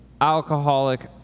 alcoholic